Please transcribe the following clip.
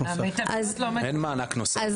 אין מענק נוסף.